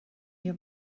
your